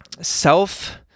self